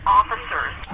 officers